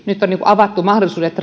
nyt on avattu mahdollisuudet